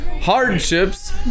hardships